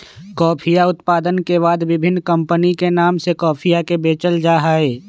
कॉफीया उत्पादन के बाद विभिन्न कमपनी के नाम से कॉफीया के बेचल जाहई